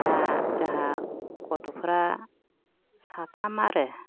दा जोंहा गथ'फ्रा साथाम आरो